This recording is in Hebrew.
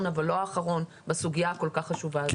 אבל לא האחרון בסוגייה הכל כך חשובה הזאת.